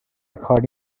کاری